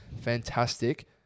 fantastic